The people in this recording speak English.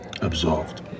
absolved